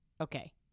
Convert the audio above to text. Okay